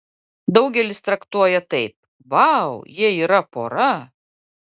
daugelis traktuoja taip vau jie yra pora